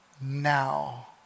now